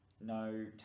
no